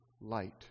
light